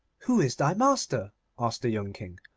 who is thy master asked the young king.